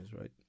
right